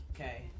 Okay